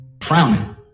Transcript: frowning